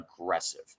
aggressive